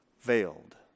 veiled